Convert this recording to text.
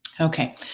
Okay